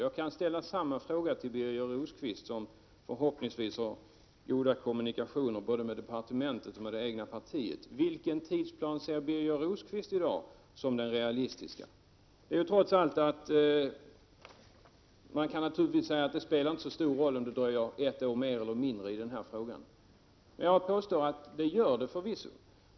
Jag kan ställa samma fråga till Birger Rosqvist, som förhoppningsvis har goda kommunikationer med både departementet och det egna partiet: Vilken tidsplan ser Birger Rosqvist i dag som den realistiska? Man kan naturligtvis säga att det inte spelar så stor roll om det dröjer ett år mer eller mindre. Men jag påstår att det gör det förvisso.